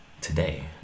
today